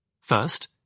First